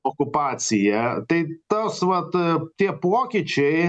okupacija tai tos vat tie pokyčiai